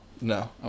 no